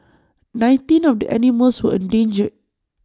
nineteen of the animals were endangered